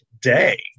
day